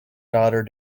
daughter